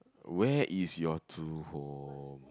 where is your true home